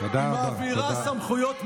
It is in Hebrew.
מעבירה סמכויות,